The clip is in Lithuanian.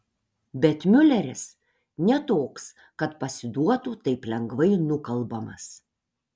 bet miuleris ne toks kad pasiduotų taip lengvai nukalbamas